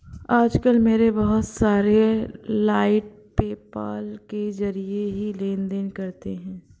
आज कल मेरे बहुत सारे क्लाइंट पेपाल के जरिये ही लेन देन करते है